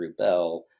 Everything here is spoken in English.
Rubel